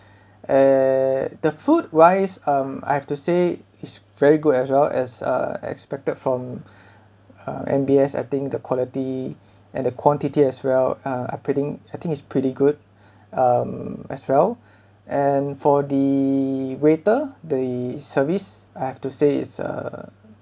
and the food wise um I have to say is very good as well as uh expected from um M_B_S I think the quality and the quantity as well uh upgrading I think is pretty good um as well and for the waiter the service I have to say is uh